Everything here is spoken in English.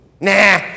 Nah